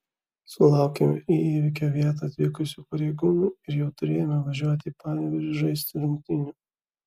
sulaukėme į įvykio vietą atvykusių pareigūnų ir jau turėjome važiuoti į panevėžį žaisti rungtynių